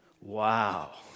Wow